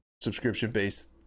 subscription-based